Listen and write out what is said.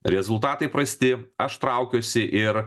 rezultatai prasti aš traukiuosi ir